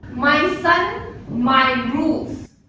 my son my rules